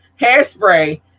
Hairspray